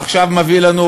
עכשיו מביא לנו,